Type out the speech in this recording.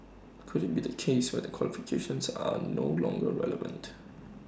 could IT be the case where their qualifications are no longer relevant